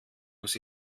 muss